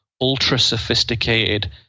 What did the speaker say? ultra-sophisticated